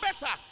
better